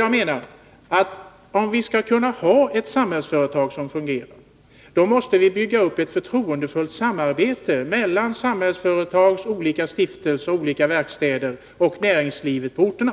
AB Om vi skall kunna ha ett Samhällsföretag som fungerar, måste vi bygga upp ett förtroendefullt samarbete mellan Samhällsföretags stiftelse och dess olika verkstäder och näringslivet på orterna.